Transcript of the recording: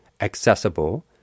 accessible